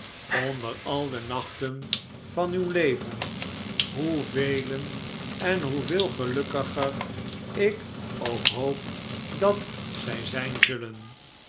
onder al de nachten van uw leven hoevelen en hoeveel gelukkiger ik ook hoop dat zij zijn zullen